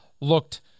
looked